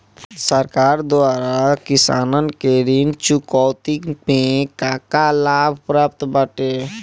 सरकार द्वारा किसानन के ऋण चुकौती में का का लाभ प्राप्त बाटे?